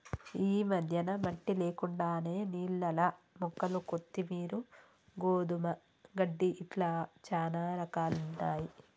ఈ మధ్యన మట్టి లేకుండానే నీళ్లల్ల మొక్కలు కొత్తిమీరు, గోధుమ గడ్డి ఇట్లా చానా రకాలున్నయ్యి